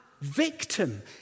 victim